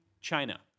China